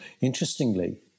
Interestingly